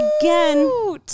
again